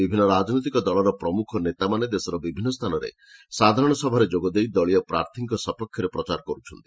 ବିଭିନ୍ନ ରାଜନୈତିକ ଦଳର ପ୍ରମୁଖ ନେତାମାନେ ଦେଶର ବିଭିନ୍ନ ସ୍ଥାନରେ ସାଧାରଣ ସଭାରେ ଯୋଗ ଦେଇ ଦଳୀୟ ପ୍ରାର୍ଥୀମାନଙ୍କ ସପକ୍ଷରେ ପ୍ରଚାର କରୁଛନ୍ତି